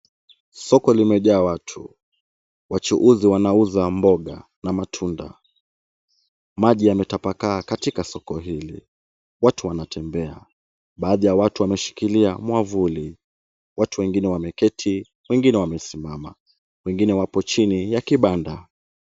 Soko limejaa watu, wachuuzi wanauza mboga na matunda. Maji yametapakaa soko hili. Watu wanatembea. Baadhi ya watu wameshikilia mwavuni. Watu wengine wameketi, wengine wamesimama, wengine wapo chini ya kibanda.